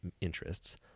interests